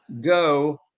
Go